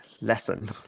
lesson